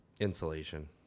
Insulation